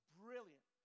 brilliant